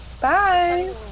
bye